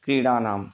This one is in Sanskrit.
क्रीडानाम्